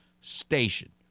Station